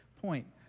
point